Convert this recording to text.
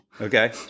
okay